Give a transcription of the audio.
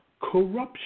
corruption